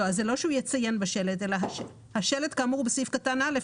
זה לא שהוא יציין בשלט אלא השלט כאמור בסעיף קטן (א),